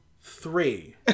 three